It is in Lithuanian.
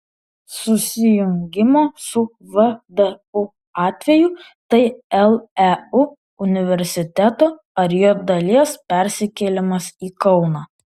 susijungimo su vdu atveju tai leu universiteto ar jo dalies persikėlimas į kauną